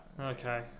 Okay